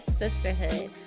sisterhood